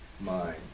mind